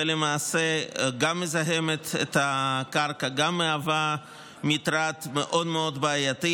ולמעשה גם מזהמת את הקרקע וגם מהווה מטרד מאוד מאוד בעייתי.